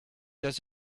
does